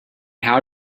how